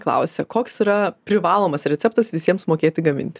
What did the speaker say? klausia koks yra privalomas receptas visiems mokėti gaminti